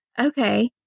Okay